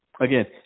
again